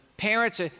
Parents